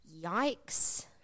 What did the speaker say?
yikes